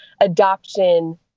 adoption